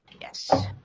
Yes